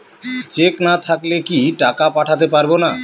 Check না থাকলে কি টাকা পাঠাতে পারবো না?